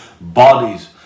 bodies